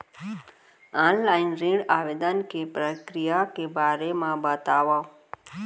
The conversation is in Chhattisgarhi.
ऑनलाइन ऋण आवेदन के प्रक्रिया के बारे म बतावव?